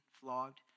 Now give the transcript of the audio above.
flogged